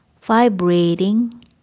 vibrating